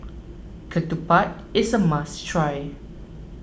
Ketupat is a must try